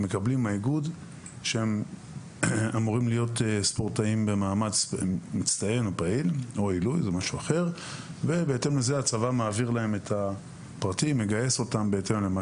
האיגוד מודיע להם על מעמדם החדש ובהתאם לזה הצבא מגייס אותם.